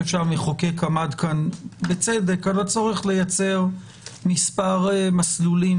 המחוקק עמד כאן בצדק על הצורך לייצר מספר מסלולים